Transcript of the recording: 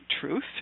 truth